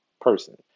person